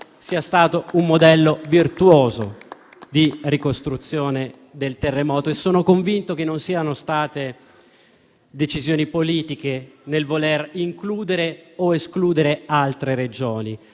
sia stato un modello virtuoso di ricostruzione post-terremoto e sono convinto che non vi siano state decisioni politiche nel voler includere o escludere altre Regioni.